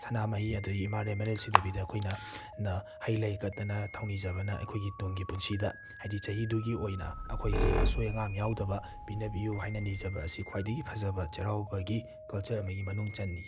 ꯁꯅꯥꯃꯍꯤ ꯑꯗꯩ ꯏꯃꯥ ꯂꯩꯏꯃꯔꯦꯜ ꯁꯤꯗꯕꯤꯗ ꯑꯩꯈꯣꯏꯅ ꯅ ꯍꯩ ꯂꯩ ꯀꯠꯇꯅ ꯊꯧꯅꯤꯖꯕꯅ ꯑꯩꯈꯣꯏꯒꯤ ꯇꯨꯡꯒꯤ ꯄꯨꯟꯁꯤꯗ ꯍꯥꯏꯗꯤ ꯆꯍꯤꯗꯨꯒꯤ ꯑꯣꯏꯅ ꯑꯩꯈꯣꯏꯁꯦ ꯑꯁꯣꯏ ꯑꯉꯥꯝ ꯌꯥꯎꯗꯕ ꯄꯤꯟꯅꯕꯤꯌꯨ ꯍꯥꯏꯅ ꯅꯤꯖꯕ ꯑꯁꯤ ꯈ꯭ꯋꯥꯏꯗꯒꯤ ꯐꯖꯕ ꯆꯩꯔꯥꯎꯕꯒꯤ ꯀꯜꯆꯔ ꯑꯃꯒꯤ ꯃꯅꯨꯡ ꯆꯟꯅꯤ